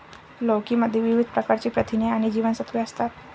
लौकी मध्ये विविध प्रकारची प्रथिने आणि जीवनसत्त्वे असतात